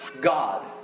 God